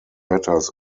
batters